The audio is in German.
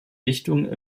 dichtungen